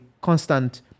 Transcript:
constant